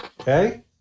Okay